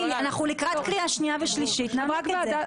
אנחנו לקראת הקריאה השנייה והשלישית נעמיק בזה.